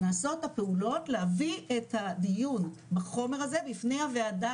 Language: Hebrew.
נעשות הפעולות להביא את הדיון בחומר הזה בפני הוועדה